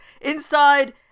inside